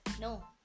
no